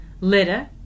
litter